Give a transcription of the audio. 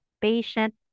patient